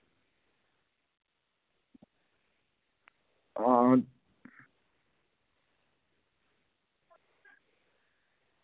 हां